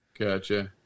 gotcha